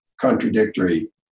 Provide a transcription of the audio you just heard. contradictory